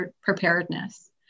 preparedness